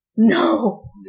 No